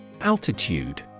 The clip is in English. Altitude